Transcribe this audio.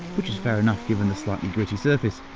which is fair enough, given the slightly gritty surface.